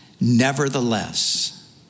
nevertheless